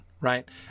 right